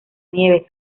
nieves